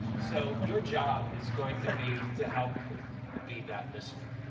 so your job is going to be to help be that listener.